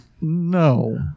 no